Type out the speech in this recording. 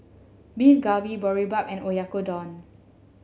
Beef Galbi Boribap and Oyakodon